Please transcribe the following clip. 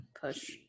push